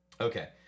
Okay